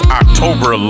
october